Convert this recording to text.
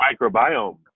microbiome